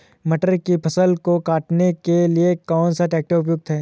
मटर की फसल को काटने के लिए कौन सा ट्रैक्टर उपयुक्त है?